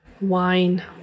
wine